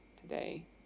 today